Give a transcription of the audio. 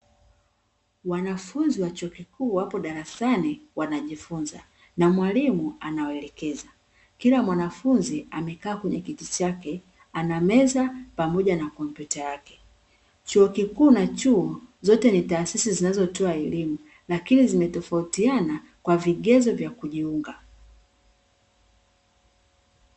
Wanafunzi wa chuo kikuu wako darasani wanajifunza na mwalimu anawaelekeza, kila mwanafunzi amekaa kwenye kiti chake ana meza pamoja na komputa yake. Chuo kikuu na chuo zote ni taasisi zinazotoa elimu lakini zimetofautiana kwa vigezo vya kujiunga.